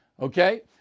Okay